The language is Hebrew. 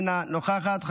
אינה נוכחת,